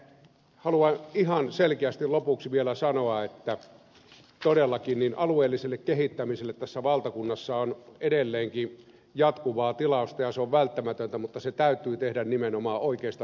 haluan ihan selkeästi lopuksi vielä sanoa että todellakin alueelliselle kehittämiselle tässä valtakunnassa on edelleenkin jatkuvaa tilausta ja se on välttämätöntä mutta se täytyy tehdä nimenomaan oikeista lähtökohdista käsin